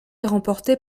remporté